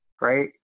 right